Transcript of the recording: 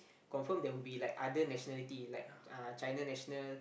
confirm there will be like other nationality like uh China national